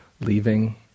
leaving